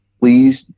please